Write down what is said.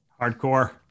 Hardcore